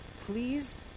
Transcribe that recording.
Please